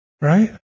Right